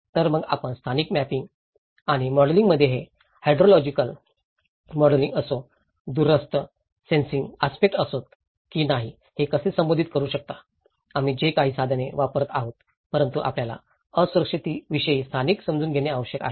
तर मग आपण स्थानिक मॅपिंग आणि मॉडेलिंगमध्ये हे हायड्रोलॉजिकल मॉडेलिंग असो दूरस्थ सेन्सिंग आस्पेक्टस असोत की नाही हे कसे संबोधित करू शकता आम्ही जे काही साधने वापरत आहोत परंतु आपल्याला असुरक्षिततेविषयी स्थानिक समजून घेणे आवश्यक आहे